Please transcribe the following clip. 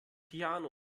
piano